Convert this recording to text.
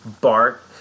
Bart